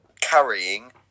carrying